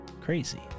crazy